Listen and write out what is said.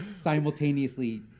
Simultaneously